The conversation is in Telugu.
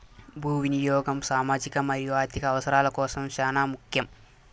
భూ వినియాగం సామాజిక మరియు ఆర్ధిక అవసరాల కోసం చానా ముఖ్యం